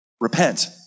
Repent